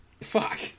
Fuck